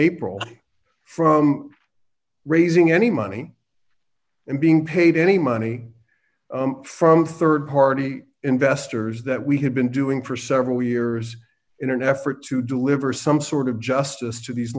april from raising any money and being paid any money from rd party investors that we have been doing for several years in an effort to deliver some sort of justice to these